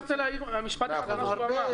משפט שהוא אמר.